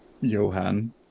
Johan